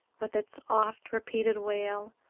with its oft-repeated wail,